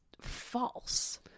false